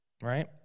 Right